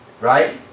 Right